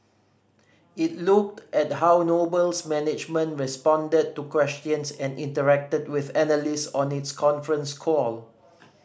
it looked at how Noble's management responded to questions and interacted with analyst on its conference call